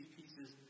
pieces